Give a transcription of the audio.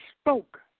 spoke